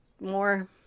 more